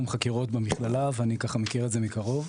חקירות במכללה ואני מכיר את זה מקרוב.